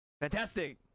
fantastic